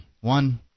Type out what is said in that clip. one